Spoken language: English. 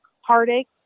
heartache